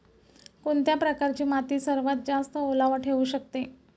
कोणत्या प्रकारची माती सर्वात जास्त ओलावा ठेवू शकते?